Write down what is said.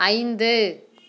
ஐந்து